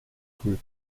group